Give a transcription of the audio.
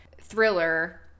thriller